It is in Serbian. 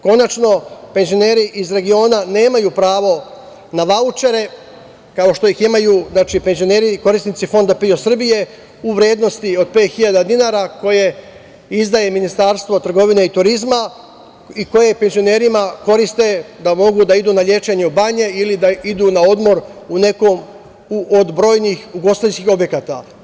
Konačno, penzioneri iz regiona nemaju pravo na vaučere, kao što ih imaju penzioneri korisnici Fonda PIO Srbije u vrednosti od pet hiljada dinara, koje izdaje Ministarstvo trgovine i turizma i koji penzionerima koriste da mogu da idu na lečenje u banje ili da idu na odmor u neke od brojnih ugostiteljskih objekata.